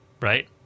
right